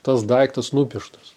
tas daiktas nupieštas